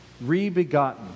re-begotten